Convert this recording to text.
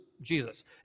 Jesus